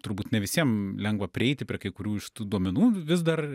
turbūt ne visiem lengva prieiti prie kai kurių iš tų duomenų vis dar